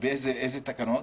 איזה תקנות?